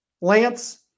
Lance